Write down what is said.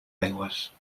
aigües